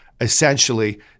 essentially